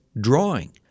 drawing